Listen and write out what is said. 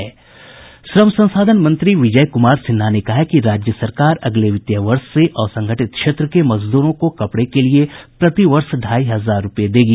श्रम संसाधन मंत्री विजय क्मार सिन्हा ने कहा है कि राज्य सरकार अगले वित्तीय वर्ष से असंगठित क्षेत्र के मजदूरों को कपड़े के लिए प्रति वर्ष ढ़ाई हजार रूपये देगी